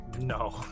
no